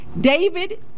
David